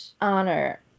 honor